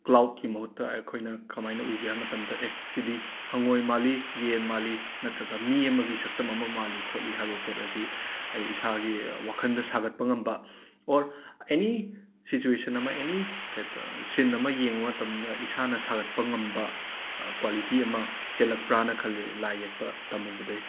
ꯀ꯭ꯂꯥꯎꯠꯀꯤ ꯃꯍꯨꯠꯇ ꯑꯩꯈꯣꯏꯅ ꯀꯩꯃꯥꯏꯅ ꯎꯒꯦ ꯍꯥꯏ ꯃꯇꯝꯗ ꯑꯦ ꯑꯁꯤꯗꯤ ꯍꯪꯉꯣꯏ ꯃꯥꯜꯂꯤ ꯌꯦꯟ ꯃꯥꯜꯂꯤ ꯅꯠꯇ꯭ꯔꯒ ꯃꯤ ꯑꯃꯒꯤ ꯁꯛꯇꯝ ꯑꯃ ꯃꯥꯜꯂꯤ ꯈꯣꯠꯂꯤ ꯍꯥꯏꯕ ꯄꯣꯠ ꯑꯁꯤ ꯑꯩ ꯏꯁꯥꯒꯤ ꯋꯥꯈꯟꯗ ꯁꯥꯒꯠꯄ ꯉꯝꯕ ꯑꯣꯔ ꯑꯦꯅꯤ ꯁꯤꯆꯨ꯭ꯋꯦꯁꯟ ꯑꯃ ꯑꯦꯅꯤ ꯀꯩꯇ ꯁꯤꯟ ꯑꯃ ꯌꯦꯡꯕ ꯃꯇꯝꯗ ꯏꯁꯥꯅ ꯁꯥꯒꯠꯄ ꯉꯝꯕ ꯀ꯭ꯋꯥꯂꯤꯇꯤ ꯑꯃ ꯆꯦꯜꯂꯛꯄ꯭ꯔꯥꯅ ꯈꯜꯂꯤ ꯂꯥꯏ ꯌꯦꯛꯄ ꯇꯝꯃꯨꯕꯗꯩ